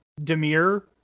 Demir